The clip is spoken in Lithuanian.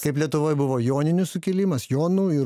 kaip lietuvoj buvo joninių sukilimas jonų ir